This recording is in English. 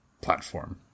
platform